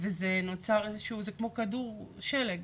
וזה נוצר איזשהו, זה כמו כדור שלג,